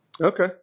okay